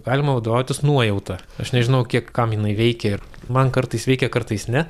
galima vadovautis nuojauta aš nežinau kiek kam jinai veikia ir man kartais veikia kartais ne